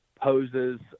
poses